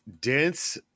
dense